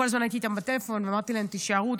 כל הזמן הייתי איתם בטלפון ואמרתי להם: תישארו.